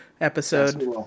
episode